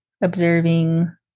observing